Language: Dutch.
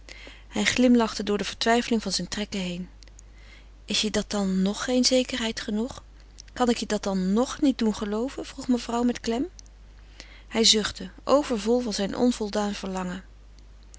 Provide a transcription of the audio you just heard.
hij glimlachte door de vertwijfeling zijner trekken heen is je dat dan nog geen zekerheid genoeg kan je dat dan ng niet doen gelooven vroeg mevrouw met klem hij zuchtte overvol van zijn onvoldaan verlangen